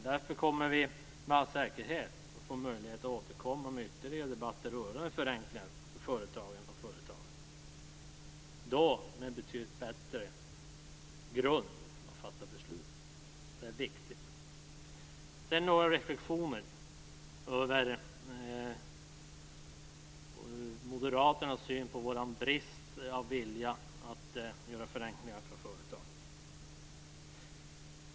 Därför kommer vi med all säkerhet att få möjlighet att återkomma med ytterligare debatter rörande förenklingar för företagen och företagandet - då med betydligt bättre grund att fatta beslut på. Det är viktigt. Sedan har jag några reflexioner över Moderaternas syn på att vi skulle ha en bristande vilja att genomföra förenklingar för företagen.